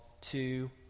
two